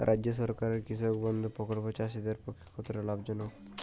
রাজ্য সরকারের কৃষক বন্ধু প্রকল্প চাষীদের পক্ষে কতটা লাভজনক?